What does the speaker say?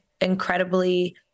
incredibly